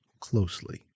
closely